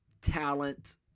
talent